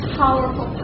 powerful